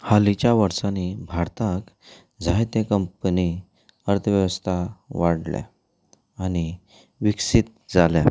हालींच्या वर्सांनी भारताक जायते कंपनी अर्थवेवस्था वाडल्या आनी विकसीत जाल्यात